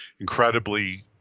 incredibly